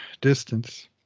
distance